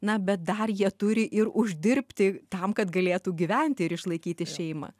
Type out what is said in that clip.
na bet dar jie turi ir uždirbti tam kad galėtų gyventi ir išlaikyti šeimą